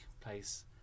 place